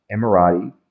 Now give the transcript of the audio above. Emirati